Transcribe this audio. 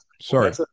sorry